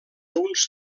uns